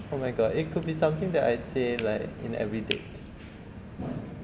oh my god it could be something that I say like in every date